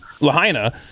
Lahaina